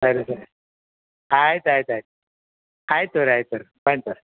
ಸರಿ ಸರಿ ಆಯ್ತು ಆಯ್ತು ಆಯ್ತು ಆಯ್ತು ಇವರೆ ಆಯ್ತು ಇವರೆ ಫೈನ್ ಸರ್